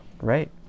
Right